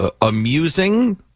amusing